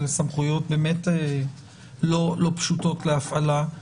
אלה סמכויות באמת לא פשוטות להפעלה,